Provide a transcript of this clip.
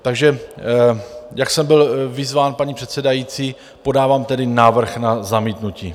Takže jak jsem byl vyzván paní předsedající, podávám tedy návrh na zamítnutí.